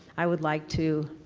i would like to